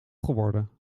geworden